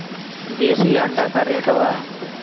देशी अंडा का रेट बा?